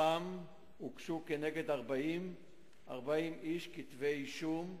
והוגשו כנגד 40 איש מתוכם כתבי אישום.